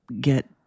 get